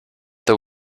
that